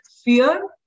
fear